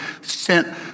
sent